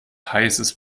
heißes